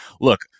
look